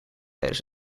tijdens